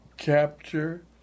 Capture